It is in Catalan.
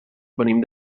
venim